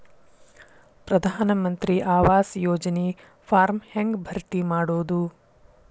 ಪ್ರಧಾನ ಮಂತ್ರಿ ಆವಾಸ್ ಯೋಜನಿ ಫಾರ್ಮ್ ಹೆಂಗ್ ಭರ್ತಿ ಮಾಡೋದು?